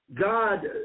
God